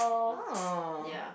oh